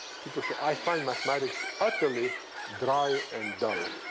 people say, i find mathematics utterly dry and dull.